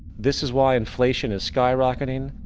this is why inflation is skyrocketing,